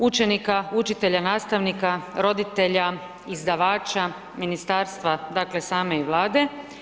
Učenika, učitelja, nastavnika, roditelja, izdavača, Ministarstva dakle same i Vlade.